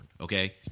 okay